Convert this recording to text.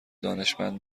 دانشمند